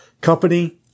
company